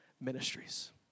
ministries